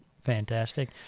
fantastic